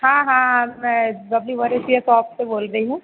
हाँ हाँ मैं बबली शॉप से बोल रही हूँ